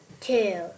Two